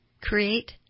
create